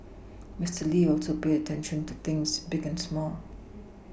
Mister Lee also paid attention to things big and small